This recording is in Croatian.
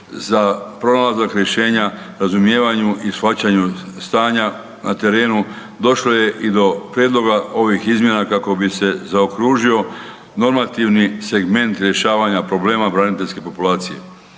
za pronalazak rješenja, razumijevanju i shvaćanju stanja na terenu došlo je i do prijedloga ovih izmjena kako bi se zaokružio normativni segment rješavanja problema braniteljske populacije.